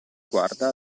guarda